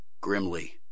grimly